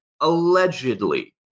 allegedly